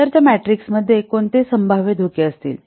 तर त्या मॅट्रिक्समध्ये कोणते संभाव्य धोके दिसतील